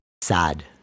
sad